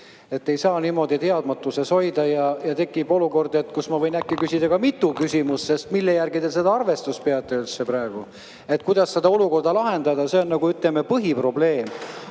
Ei saa niimoodi teadmatuses hoida. Ja tekib ehk olukordi, kus ma võin äkki küsida ka mitu küsimust. Mille järgi te seda arvestust peate praegu? Kuidas seda olukorda lahendada, see on, ütleme, põhiprobleem.